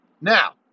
Now